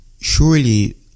surely